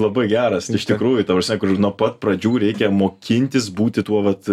labai geras iš tikrųjų ta prasme kur nuo pat pradžių reikia mokintis būti tuo vat